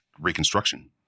reconstruction